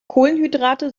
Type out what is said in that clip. kohlenhydrate